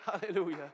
Hallelujah